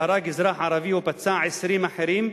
שהרג אזרח ערבי ופצע 20 אחרים,